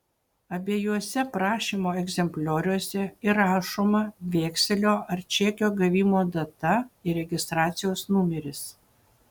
abiejuose prašymo egzemplioriuose įrašoma vekselio ar čekio gavimo data ir registracijos numeris